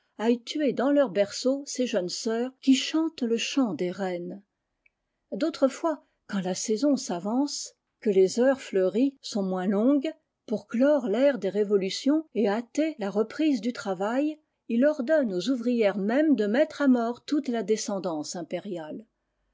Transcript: tuer dans leur berceau ses jeunes sœurs qui chantent le chant des reines d'autres fois quand la saison s'avance que les heures fleuries sont moins longues pour clore l'ère des révolutions et hâter la reprise du travail il ordonne aux ouvrières mêmes de mettre à mort toute la descendance impériale